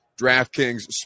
DraftKings